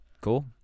Cool